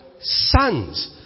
sons